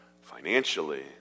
financially